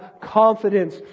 confidence